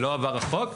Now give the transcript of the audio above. ולא עבר החוק,